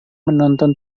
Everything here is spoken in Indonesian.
menonton